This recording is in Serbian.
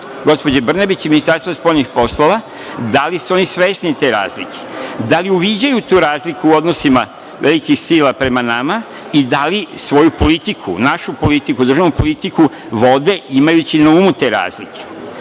gospođe Brnabić i Ministarstvo spoljnih poslova - da li su oni svesni te razlike? Da li uviđaju tu razliku u odnosima velikih sila prema nama i da li svoju politiku, našu politiku, državnu politiku vode, imajući na umu te razlike. Da